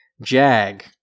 Jag